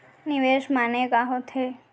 निवेश माने का होथे?